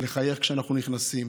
לחייך כשאנחנו נכנסים,